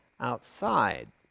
outside